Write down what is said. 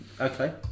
Okay